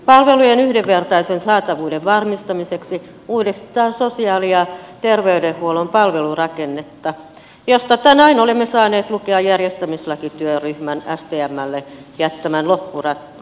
palvelujen yhdenvertaisen saatavuuden varmistamiseksi uudistetaan sosiaali ja terveydenhuollon palvelurakennetta josta tänään olemme saaneet lukea järjestämislakityöryhmän stmlle jättämän loppuraportin